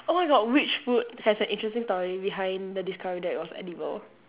oh my god which food has an interesting story behind the discovery that it was edible